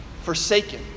forsaken